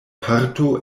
parto